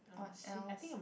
what else